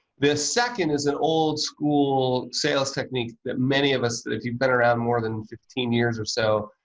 this second is an old-school sales technique that many of us that if you better have more than fifteen years or so,